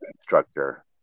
structure